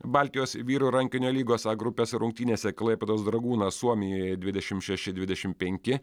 baltijos vyrų rankinio lygos a grupės rungtynėse klaipėdos dragūnas suomijoje dvidešimt šeši dvidešimt penki